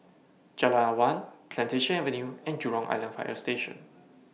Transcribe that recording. Jalan Awan Plantation Avenue and Jurong Island Fire Station